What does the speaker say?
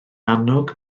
annog